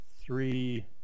three